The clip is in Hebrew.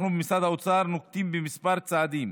אנחנו במשרד האוצר נוקטים כמה צעדים.